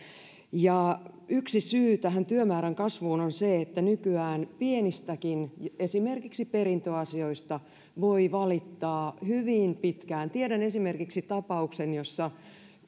ja yksi syy tähän työmäärän kasvuun on se että nykyään pienistäkin esimerkiksi perintöasioista voi valittaa hyvin pitkään tiedän esimerkiksi tapauksen jossa